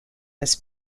this